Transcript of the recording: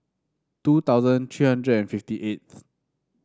two thousand three hundred and fifty eighth